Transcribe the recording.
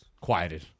quieted